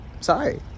Sorry